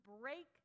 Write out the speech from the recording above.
break